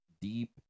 deep